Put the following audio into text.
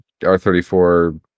R34